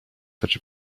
such